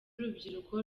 urubyiruko